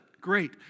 great